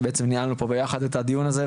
שבעצם ניהלנו פה ביחד את הדיון הזה,